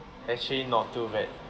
actually not too bad